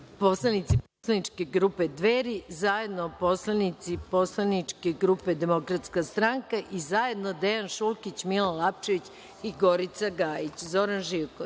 poslanici poslaničke grupe Dveri, zajedno poslanici poslaničke grupe Demokratska stranka, i zajedno Dejan Šulkić, Milan Lapčević i Gorica Gajić. Reč ima